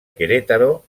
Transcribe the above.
querétaro